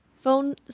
phone